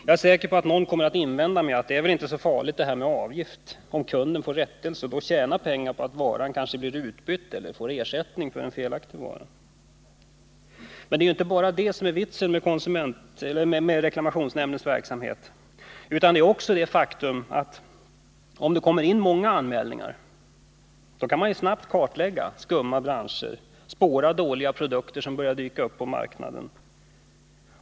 Jag är säker på att någon kommer att invända med att säga att det väl inte är så farligt med en avgift om kunden får rättelse och då tjänar pengar på att få varan utbytt eller få ersättning för en felaktig vara. Men det är ju inte bara detta som är vitsen med reklamationsnämndens verksamhet, utan det är också det faktum att om det kommer in många anmälningar, då kan man snabbt kartlägga skumma branscher och spåra dåliga produkter som börjar dyka upp på marknaden.